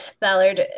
Ballard